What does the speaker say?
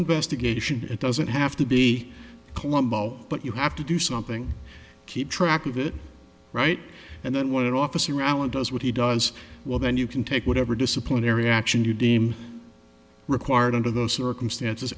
investigation it doesn't have to be columbo but you have to do something keep track of it right and then when an officer allen does what he does well then you can take whatever disciplinary action you deem required under those circumstances